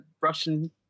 Russian